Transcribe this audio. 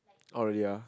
oh ya